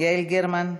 יעל גרמן,